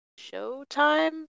Showtime